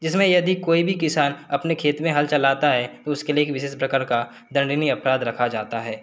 इसमें यदि कोई भी किसान अपने खेत में हल चलाता है उसके लिए विशेष प्रकार का दंडनीय अपराध रखा जाता है